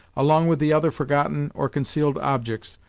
along with the other forgotten or concealed objects,